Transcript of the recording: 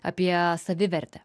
apie savivertę